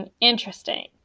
interesting